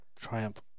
triumph